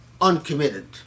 uncommitted